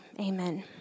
amen